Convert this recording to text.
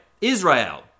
Israel